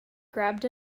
grabbed